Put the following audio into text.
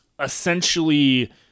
essentially